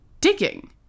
digging